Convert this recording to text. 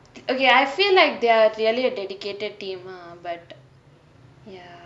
okay I feel like they're a really dedicated team but ya